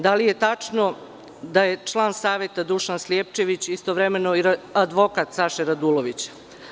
Da li je tačno da je član Saveta Dušan Slijepčević istovremeno i advokat Saše Radulovića?